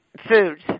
foods